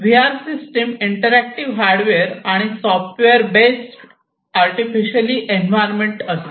V R system interactive hardware आणि software based artificially environment असते